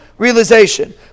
Realization